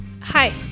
Hi